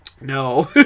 No